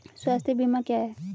स्वास्थ्य बीमा क्या है?